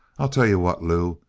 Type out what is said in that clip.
i'll tell you what, lew,